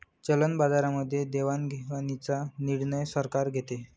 चलन बाजारामध्ये देवाणघेवाणीचा निर्णय सरकार घेते